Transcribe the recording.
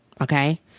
Okay